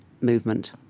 movement